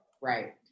right